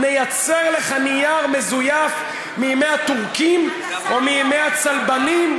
נייצר לך נייר מזויף מימי הטורקים או מימי הצלבנים,